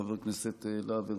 חבר הכנסת להב הרצנו,